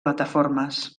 plataformes